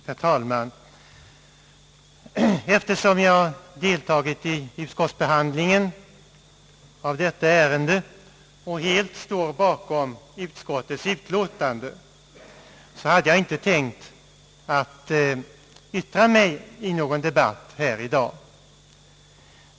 Herr talman! Eftersom jag deltagit i utskottsbehandlingen av detta ärende och helt står bakom utskottets utlåtande hade jag inte tänkt yttra mig i någon debatt i dag.